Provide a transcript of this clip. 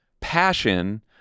passion